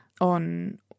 on